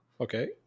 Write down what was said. Okay